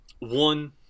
one